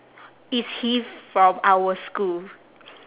is he from our school